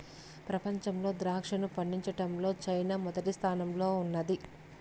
ప్రపంచంలో ద్రాక్షను పండించడంలో చైనా మొదటి స్థానంలో ఉన్నాది